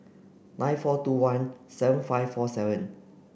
nine four two one seven five four seven